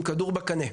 עם כדור בקנה.